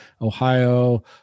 Ohio